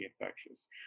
infectious